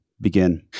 begin